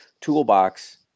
toolbox